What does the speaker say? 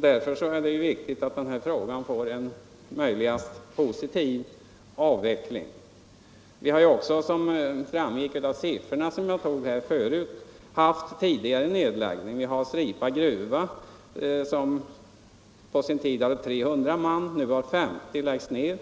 Därför är det viktigt att den här frågan får en så positiv avveckling som möjligt. Vi har också — vilket framgick av de siffror jag redovisade förut — haft tidigare nedläggningar. Stripa gruva, som på sin tid hade 300 man och nu har 50, läggs ned.